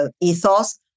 ethos